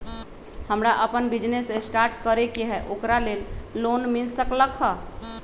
हमरा अपन business start करे के है ओकरा लेल लोन मिल सकलक ह?